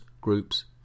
groups